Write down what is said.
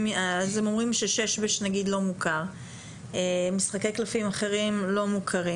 הם אומרים ש"שש-בש" לא מוכר ומשחקי קלפים אחרים לא מוכרים